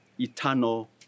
eternal